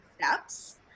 steps